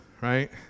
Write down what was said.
right